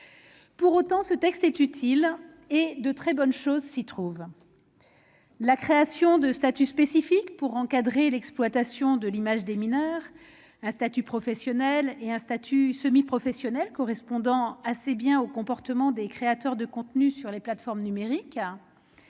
Pour autant, ce texte est utile ; il comporte de très bonnes mesures. Je pense à la création de statuts spécifiques pour encadrer l'exploitation de l'image des mineurs, à savoir un statut professionnel et un statut semi-professionnel correspondant assez bien aux pratiques des créateurs de contenus sur les plateformes numériques.